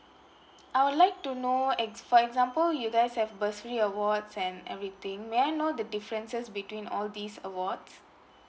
I would like to know x for example you guys have bursary awards and everything may I know the differences between all these awards